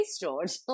George